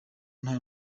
nta